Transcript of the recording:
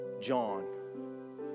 john